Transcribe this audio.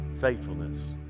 faithfulness